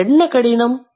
இதில் என்ன கடினம்